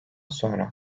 sonra